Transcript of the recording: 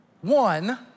One